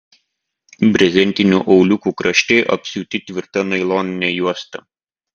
brezentinių auliukų kraštai apsiūti tvirta nailonine juosta